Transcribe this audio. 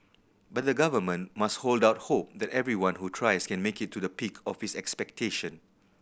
but the Government must hold out hope that everyone who tries can make it to the peak of his expectation